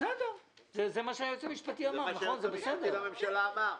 בסדר, זה מה שהיועץ המשפטי לממשלה אמר.